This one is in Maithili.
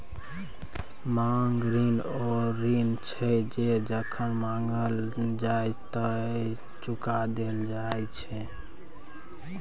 मांग ऋण ओ ऋण छै जे जखन माँगल जाइ तए चुका देल जाय